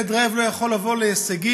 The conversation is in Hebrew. ילד רעב לא יכול לבוא להישגים,